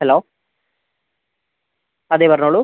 hello അതെ പറഞ്ഞോളൂ